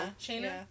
Shayna